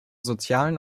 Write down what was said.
sozialen